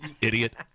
Idiot